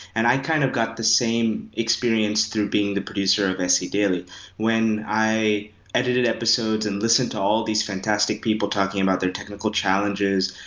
and i kind of got the same experience through being the producer of sedaily. when i edited episodes and listened to all these fantastic people talking about their technical challenges,